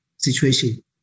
Situation